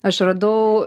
aš radau